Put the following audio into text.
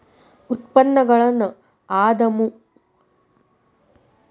ಉತ್ಪನ್ನಗಳನ್ನ ಆಮದು ಮಾಡಿಕೊಳ್ಳೊ ಪ್ರಮುಖ ಪ್ರಯೋಜನ ಎನಂದ್ರ ಆಸಕ್ತಿಯ ಉದ್ಯಮದಾಗ ಮಾರುಕಟ್ಟಿ ಎಜಮಾನಾಗೊ ಅವಕಾಶ ಕಲ್ಪಿಸ್ತೆತಿ